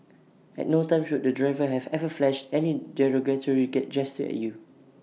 at no time should the driver have ever flashed any derogatory get gesture at you